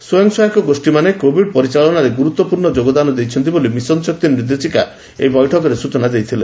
ସ୍ୱୟଂସହାୟକ ଗୋଷୀମାନେ କୋଭିଡ ପରିଚାଳନାରେ ଗୁରୁତ୍ୱପୂର୍ଶ୍ଣ ଯୋଗଦାନ ଦେଇଛନ୍ତି ବୋଲି ମିଶନ ଶକ୍ତି ନିର୍ଦ୍ଦେଶିକା ସ୍ଚନା ଦେଇଥିଲେ